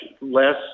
less